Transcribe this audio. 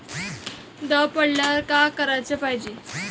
दव पडल्यावर का कराच पायजे?